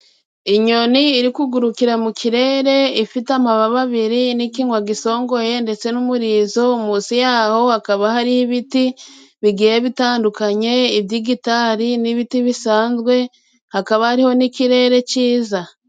Inyoni iri kugurukira mu kirere, ifite amababa abiri n'ikinwa gisongoye ndetse n'umurizo, munsi yaho hakaba hari ibiti bigiye bitandukanye, iby'igitari, n'ibiti bisanzwe, hakaba hariho n'ikirere kiza.